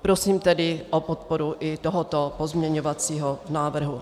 Prosím tedy podporu i tohoto pozměňovacího návrhu.